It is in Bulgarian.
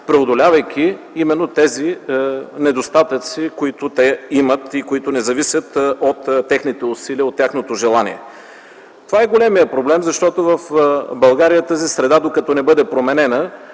преодолявайки именно тези недостатъци, които те имат и които не зависят от техните усилия, от тяхното желание. Това е големият проблем, защото в България тази среда докато не бъде променена